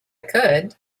could